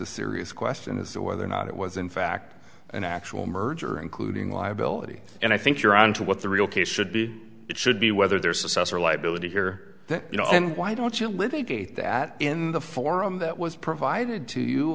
the serious question as to whether or not it was in fact an actual merger including liability and i think you're on to what the real case should be should be whether there's success or liability here you know and why don't you live a gate that in the forum that was provided to you